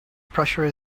pressure